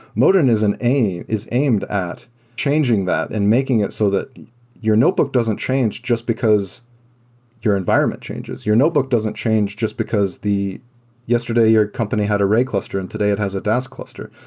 modin is and aimed is aimed at changing that and making it so that your notebook doesn't change just because your environment changes. your notebook doesn't change just because yesterday your company had a ray cluster and today it has a dask cluster.